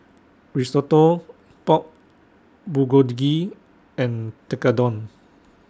Risotto Pork Bulgogi and Tekkadon